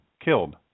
Killed